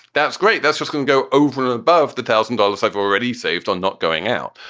that's great. that's what can go over above the thousand dollars i've already saved on not going out.